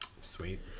sweet